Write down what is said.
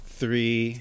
three